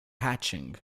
hatching